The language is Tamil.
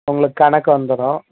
உங்களுக்கு கணக்கு வந்துடும்